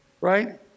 right